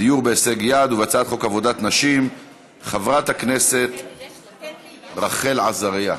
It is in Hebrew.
דיור בהישג יד ובהצעת חוק עבודת נשים חברת הכנסת רחל עזריה.